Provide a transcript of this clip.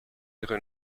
ihre